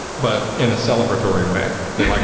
but in a celebratory way. but like